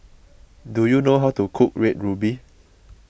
do you know how to cook Red Ruby